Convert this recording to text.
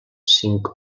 cinc